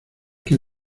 que